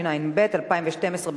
התשע"ב 2012,